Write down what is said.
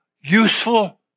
Useful